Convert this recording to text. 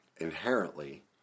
inherently